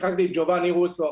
שיחקתי עם ג'ובאני רוסי,